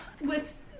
With-